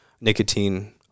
nicotine